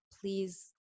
Please